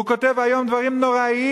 הוא כותב היום דברים נוראיים,